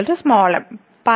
M me